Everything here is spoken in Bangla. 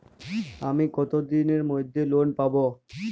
আমি কতদিনের মধ্যে লোন পাব?